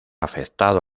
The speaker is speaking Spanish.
afectado